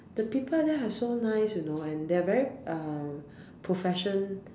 the people there are so nice you know and they're very uh profession